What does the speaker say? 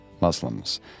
Muslims